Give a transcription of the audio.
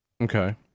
Okay